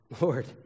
Lord